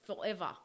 forever